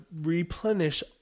replenish